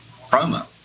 promo